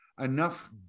enough